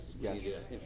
Yes